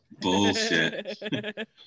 bullshit